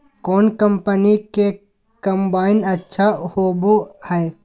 कौन कंपनी के कम्बाइन अच्छा होबो हइ?